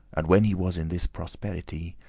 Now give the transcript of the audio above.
and when he was in this prosperrity,